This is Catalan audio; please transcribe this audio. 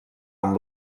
amb